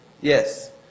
Yes